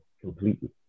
completely